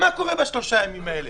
מה קורה בשלושת הימים האלה?